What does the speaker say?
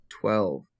Twelve